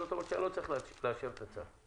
זאת אומרת שאני לא צריך לאשר את הצו.